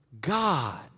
God